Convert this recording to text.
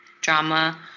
drama